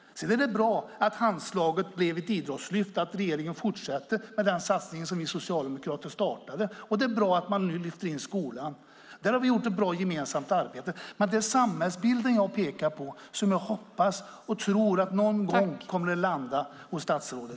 Det är bra att Handslaget blev ett idrottslyft, att regeringen fortsätter med den satsning som vi socialdemokrater startade. Det är också bra att man nu lyfter in skolan. Där har vi gjort ett bra gemensamt arbete. Men det är samhällsbilden som jag pekar på. Jag hoppas och tror att den någon gång kommer att landa hos statsrådet.